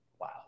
Wow